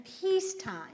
peacetime